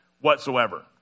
whatsoever